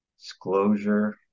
disclosure